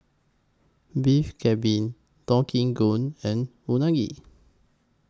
Beef Galbi Deodeok Gui and Unagi